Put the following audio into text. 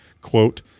quote